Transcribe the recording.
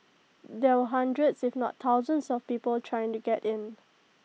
there were hundreds if not thousands of people trying to get in